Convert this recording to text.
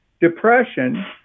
depression